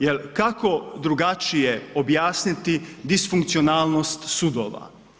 Jel kako drugačije objasniti disfunkcionalnost sudova?